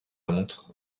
montre